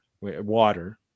water